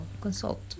consult